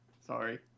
Sorry